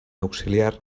auxiliar